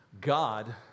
God